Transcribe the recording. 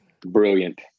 Brilliant